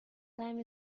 time